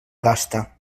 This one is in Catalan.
gasta